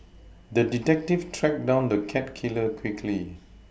the detective tracked down the cat killer quickly